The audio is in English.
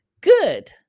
good